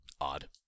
Odd